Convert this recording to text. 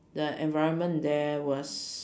the environment there was